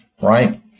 Right